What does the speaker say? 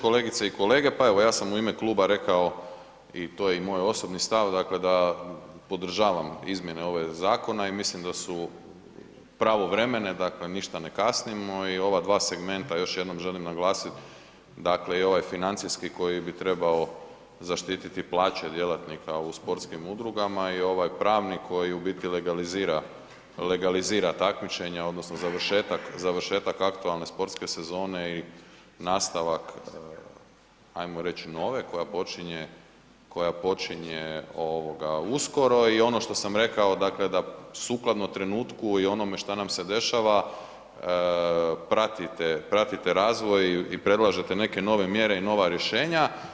Kolegice i kolege, pa evo ja sam u ime kluba rekao i to je i moj osobni stav dakle da podržavam izmjene ove zakona i mislim da su pravovremene, dakle ništa ne kasnimo i ova dva segmenta još jednom želim naglasiti, dakle i ovaj financijski koji bi trebao zaštititi plaće djelatnika u sportskim udrugama i ovaj pravni koji u biti legalizira takmičenje odnosno završetak aktualne sportske sezone i nastavak, hajmo reći nove, koja počinje uskoro i ono što sam rekao dakle da sukladno trenutku i onome što nam se dešava pratite razvoj i predlažete neke nove mjere i nova rješenja.